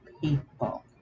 people